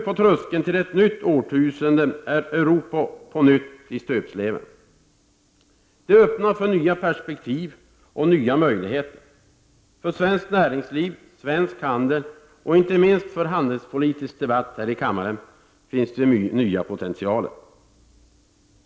På tröskeln till ett nytt årtusende är Europa på nytt i stöpsleven. Det öppnar nya perspektiv och nya möjligheter. För svenskt näringsliv, svensk handel — och inte minst för handelspolitisk debatt här i kammaren — finns nya potentialer.